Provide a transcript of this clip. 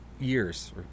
years